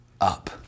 up